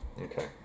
Okay